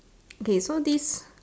okay so this